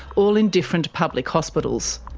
all in different public hospitals.